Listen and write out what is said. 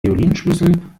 violinschlüssel